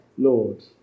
Lord